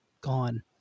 gone